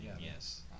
yes